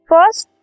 First